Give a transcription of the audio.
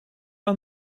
aan